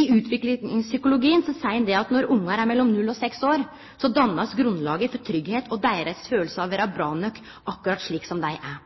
I utviklingspsykologien seier ein at når barn er mellom null og seks år blir grunnlaget danna for tryggleik og deira følelse av å vere bra nok akkurat slik som dei er.